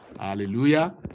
Hallelujah